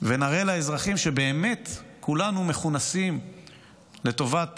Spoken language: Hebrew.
ונראה לאזרחים שבאמת כולנו מכונסים לטובת